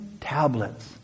tablets